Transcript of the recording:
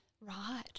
Right